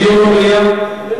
דיון במליאה?